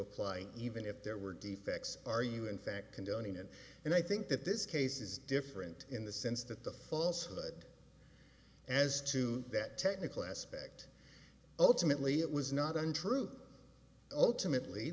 apply even if there were defects are you in fact condoning it and i think that this case is different in the sense that the falshood as to that technical aspect ultimately it was not untruth ultimately